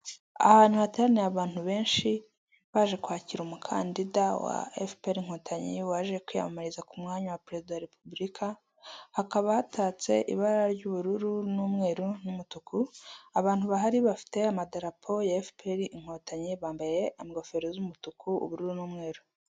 Ahantu hateraniye abantu benshi baje kwakira umukandida wa fpr inkotanyi waje kwiyamamariza ku mwanya wa Perezida wa Repubulika, hakaba hatatse ibara ry'ubururu n'umweru n'umutuku. Abantu bahari bafite amadarapo ya fpr inkotanyi, bambaye ingofero z'umutuku, ubururu n'umweru.